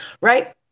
right